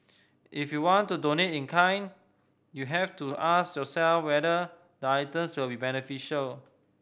if you want to donate in kind you have to ask yourself whether items will be beneficial